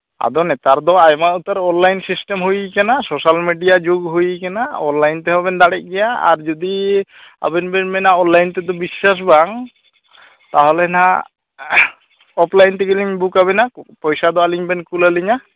ᱟᱫᱚ ᱱᱮᱛᱟᱨ ᱫᱚ ᱟᱭᱢᱟ ᱩᱛᱟᱹᱨ ᱚᱱᱞᱟᱭᱤᱱ ᱥᱤᱥᱴᱮᱢ ᱦᱩᱭᱟᱠᱟᱱᱟ ᱥᱳᱥᱟᱞ ᱢᱤᱰᱤᱭᱟ ᱡᱩᱜᱽ ᱦᱩᱭ ᱟᱠᱟᱱᱟ ᱚᱱᱞᱟᱭᱤᱱ ᱛᱮᱦᱚᱸ ᱵᱮᱱ ᱫᱟᱲᱮᱜ ᱜᱮᱭᱟ ᱟᱨ ᱡᱩᱫᱤ ᱟᱵᱮᱱ ᱵᱮᱱ ᱢᱮᱱᱟ ᱚᱱᱞᱟᱭᱤᱱ ᱛᱮᱫᱚ ᱵᱤᱥᱥᱟᱥ ᱵᱟᱝ ᱛᱟᱦᱚᱞᱮ ᱱᱟᱜ ᱚᱯ ᱞᱟᱭᱤᱱ ᱛᱮᱜᱮ ᱞᱤᱧ ᱵᱩᱠ ᱟᱵᱮᱱᱟ ᱯᱚᱭᱥᱟ ᱫᱚ ᱟᱹᱞᱤᱧ ᱵᱮᱱ ᱠᱩᱞ ᱟᱹᱞᱤᱧᱟ